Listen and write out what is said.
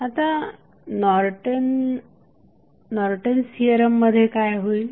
आता नॉर्टन्स थिअरममध्ये काय होईल